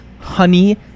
honey